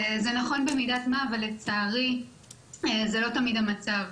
זה נכון במידת מה, אבל זה לא תמיד המצב,